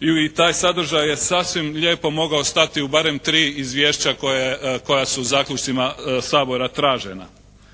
i taj sadržaj je sasvim lijepo mogao stati u barem tri izvješća koja su zaključcima Sabora tražena.